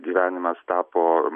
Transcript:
gyvenimas tapo